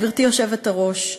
גברתי היושבת-ראש,